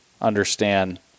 understand